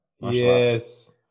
yes